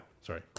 Sorry